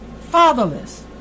fatherless